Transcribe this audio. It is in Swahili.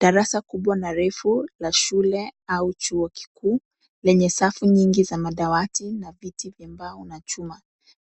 Darasa kubwa na refu la shule au chuo kikuu lenye safu nyingi za madawati na viti vya mbao na chuma.